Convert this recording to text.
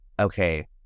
okay